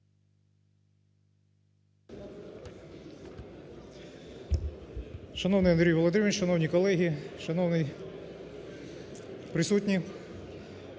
Шановний Андрій Володимирович! Шановні колеги, шановні присутні!